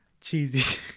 cheesy